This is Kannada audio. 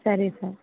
ಸರಿ ಸ